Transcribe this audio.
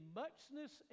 muchness